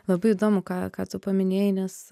labai įdomu ką ką tu paminėjai nes